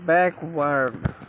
backward